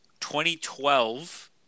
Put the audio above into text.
2012